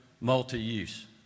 multi-use